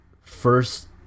first